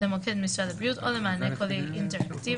למוקד משרד הבריאות או למענה קולי אם צריך,